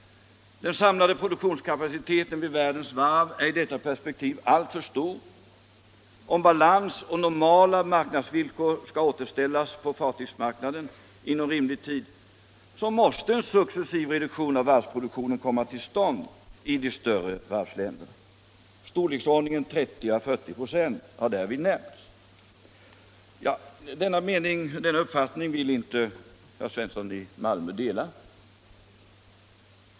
Den samlade produktionskapaciteten vid världens varv är i detta perspektiv alltför stor. Om balans och normala marknadsvillkor skall återställas på fartygsmarknaden inom rimlig tid, måste en successiv reduktion av varvsproduktionen komma till stånd i de större varvsländerna. Storleksordningen 30-40 96 har därvid nämnts. Denna uppfattning vill inte herr Svensson i Malmö dela.